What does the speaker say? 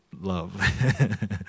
love